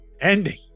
ending